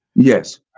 Yes